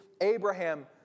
Abraham